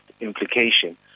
implication